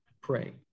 pray